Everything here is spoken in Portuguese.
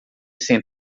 sem